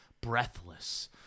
Breathless